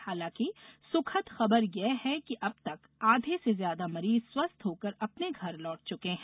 हालांकि सुखद खबर यह है कि अब तक आधे से ज्यादा मरीज स्वस्थ होकर अपने घर लौट चुके हैं